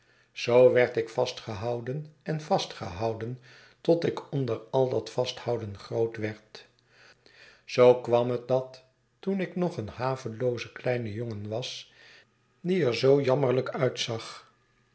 zoo werd ik vastgehouden en vastgehouden tot ik onder al dat vasthouden groot werd zoo kwam het dat ik toen ik nog een havelooze kleine jongen was die er zoojammerlyk uitzag